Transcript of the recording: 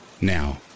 Now